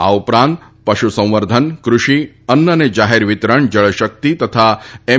આ ઉપરાંત પશુ સંવર્ધન કૃષિ અન્ન અને જાહેર વિતરણ જળશક્તિ તથા એમ